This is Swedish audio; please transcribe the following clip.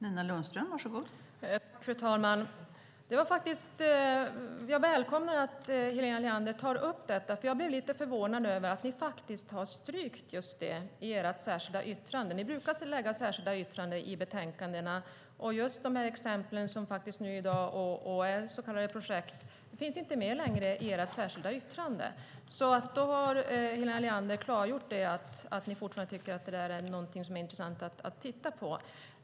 Fru talman! Jag välkomnar att Helena Leander tar upp detta, för jag är lite förvånad över att de har strukit just det i sitt särskilda yttrande. De brukar lägga särskilda yttranden i betänkandena. De exempel som nämns i dag, som är så kallade projekt, finns inte längre med i deras särskilda yttrande här. Helena Leander har nu klargjort att de fortfarande tycker att det är någonting som är intressant att titta på.